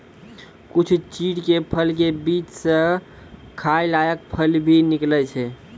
कुछ चीड़ के फल के बीच स खाय लायक फल भी निकलै छै